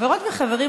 חברות וחברים,